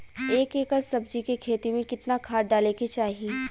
एक एकड़ सब्जी के खेती में कितना खाद डाले के चाही?